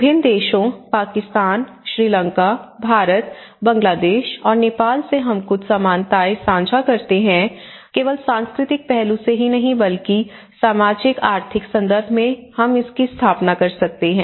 विभिन्न देशों पाकिस्तान श्रीलंका भारत बांग्लादेश और नेपाल से हम कुछ समानताएं साझा करते हैं केवल सांस्कृतिक पहलू से नहीं बल्कि सामाजिक आर्थिक संदर्भ में हम इसकी स्थापना कर सकते हैं